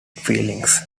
feelings